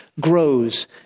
Grows